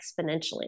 exponentially